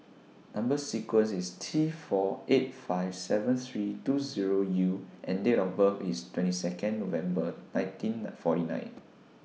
Number sequence IS T four eight five seven three two Zero U and Date of birth IS twenty Second November nineteen forty nine